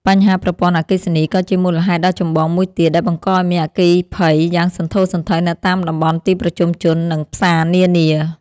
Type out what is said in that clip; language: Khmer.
បញ្ហាប្រព័ន្ធអគ្គិសនីក៏ជាមូលហេតុដ៏ចម្បងមួយទៀត ដែលបង្កឱ្យមានអគ្គីភ័យយ៉ាងសន្ធោសន្ធៅនៅតាមតំបន់ទីប្រជុំជន និងផ្សារនានា។